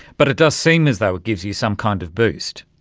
but it does seem as though it gives you some kind of boost.